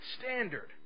standard